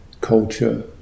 culture